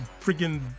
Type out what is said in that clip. freaking